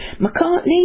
McCartney